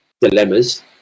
dilemmas